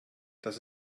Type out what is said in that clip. dass